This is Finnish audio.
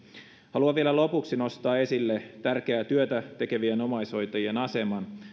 haluan vielä lopuksi nostaa esille tärkeää työtä tekevien omaishoitajien aseman